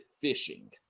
fishing